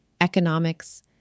economics